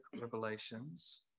revelations